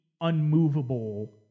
unmovable